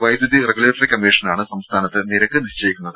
വൈദ്യുതി റഗുലേറ്ററി കമ്മീഷനാണ് സംസ്ഥാനത്ത് നിരക്ക് നിശ്ചയിക്കുന്നത്